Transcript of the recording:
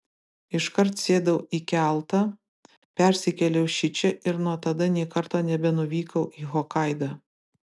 iškart sėdau į keltą persikėliau šičia ir nuo tada nė karto nebenuvykau į hokaidą